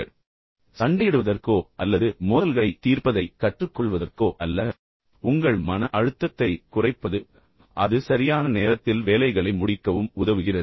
இறுதியில் அது உங்களுக்கானது சண்டையிடுவதற்கோ அல்லது மற்றவர்களுடன் எப்படி சண்டையிட்டு பின்னர் மோதல்களைத் தீர்ப்பது என்பதைக் கற்றுக்கொள்வதற்கோ அல்ல பின்னர் உங்கள் மன அழுத்தத்தைக் குறைப்பது அது உங்களைப் பற்றியது பின்னர் அது சரியான நேரத்தில் வேலைகளை முடிக்கவும் உதவுகிறது